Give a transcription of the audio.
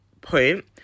point